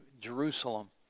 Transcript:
Jerusalem